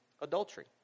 adultery